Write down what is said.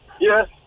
Yes